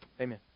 Amen